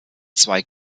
zwei